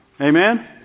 Amen